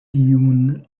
iun